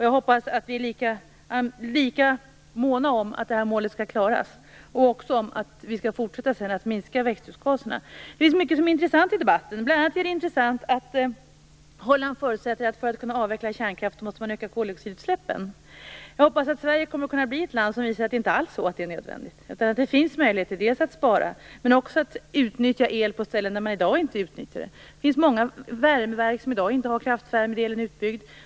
Jag hoppas att vi är lika måna om att det här målet skall nås och också om att vi sedan skall fortsätta att minska växthusgaserna. Det finns mycket som är intressant i debatten. Bl.a. är det intressant att Holland förutsätter att man, för att man skall kunna avveckla kärnkraften, måste öka koldioxidutsläppen. Jag hoppas att Sverige kommer att kunna bli ett land som visar att det inte alls är nödvändigt. Det finns möjligheter, dels genom att spara, dels genom att utnyttja el på ställen där man i dag inte utnyttjar den. Det finns många värmeverk som i dag inte har kraftvärmedelen utbyggd.